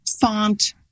font